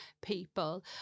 people